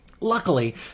Luckily